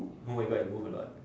oh my god it move a lot